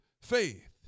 faith